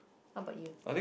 how about you